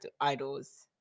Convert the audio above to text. idols